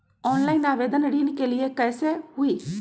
Online आवेदन ऋन के लिए कैसे हुई?